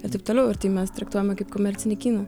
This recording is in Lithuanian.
ir taip toliau ir tai mes traktuojame kaip komercinį kiną